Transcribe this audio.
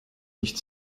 nicht